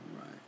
right